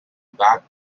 back